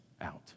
out